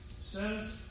says